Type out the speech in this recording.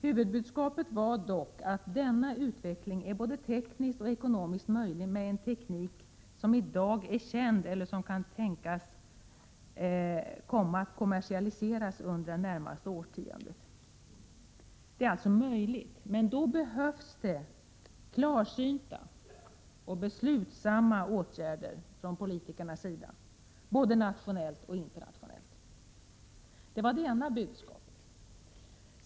Huvudbudskapet var dock att denna utveckling är både tekniskt och ekonomiskt möjlig med den teknik som i dag är känd eller som kan tänkas komma att kommersialiseras under det närmaste årtiondet. Detta är alltså möjligt, men då behövs det klarsynta och beslutsamma åtgärder från politikernas sida, både nationellt och internationellt. Det var det ena budskapet.